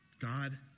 God